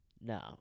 No